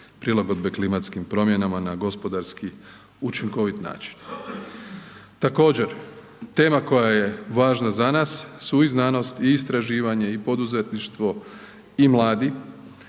prilagodbe klimatskim promjenama na gospodarski učinkovit način. Također tema koja je važna za nas su i znanost i istraživanje i poduzetništvo i mladi